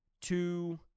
two